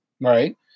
Right